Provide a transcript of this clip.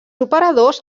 operadors